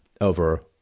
over